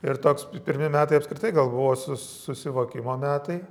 ir toks pri pirmi metai apskritai gal buvo sus susivokimo metai